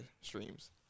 streams